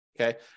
Okay